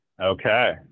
Okay